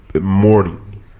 morning